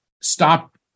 stop